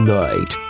night